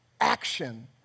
action